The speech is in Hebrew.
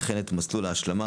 וכן את מסלול ההשלמה,